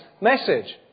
message